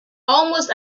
almost